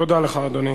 תודה לך, אדוני.